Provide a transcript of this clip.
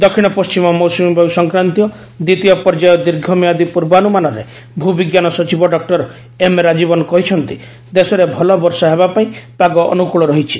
ଦକ୍ଷିଣ ପଣ୍ଟିମ ମୌସ୍ୱମୀ ବାୟୁ ସଂକ୍ରାନ୍ତୀୟ ଦ୍ୱିତୀୟ ପର୍ଯ୍ୟାୟ ଦୀର୍ଘ ମିଆଦୀ ପୂର୍ବାନୁମାନରେ ଭୂ ବିଜ୍ଞାନ ସଚିବ ଡକ୍କର ଏମ୍ ରାଜୀବନ୍ କହିଛନ୍ତି ଦେଶରେ ଭଲ ବର୍ଷା ହେବାପାଇଁ ପାଗ ଅନୁକୂଳ ରହିଛି